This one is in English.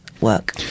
work